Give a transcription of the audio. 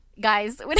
Guys